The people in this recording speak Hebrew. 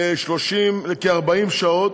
כ-40 שעות,